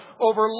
over